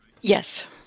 yes